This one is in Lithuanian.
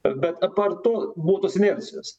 bet apart to buvo tos inercijos